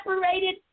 separated